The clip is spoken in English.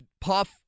Puff